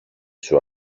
σου